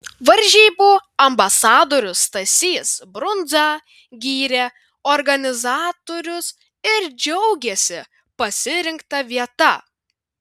varžybų ambasadorius stasys brundza gyrė organizatorius ir džiaugėsi pasirinkta vieta